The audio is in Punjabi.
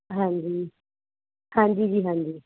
ਹਾਂਜੀ ਹਾਂਜੀ ਜੀ ਹਾਂਜੀ